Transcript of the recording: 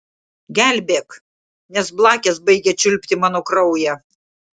gelbėk nes blakės baigia čiulpti mano kraują